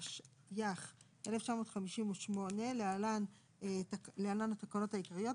התשי"ח-1958 (להלן - התקנות העיקריות),